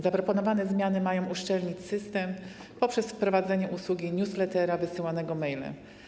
Zaproponowane zmiany mają uszczelnić system poprzez wprowadzenie usługi newslettera wysyłanego mailem.